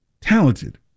talented